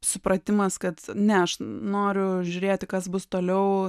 supratimas kad ne aš noriu žiūrėti kas bus toliau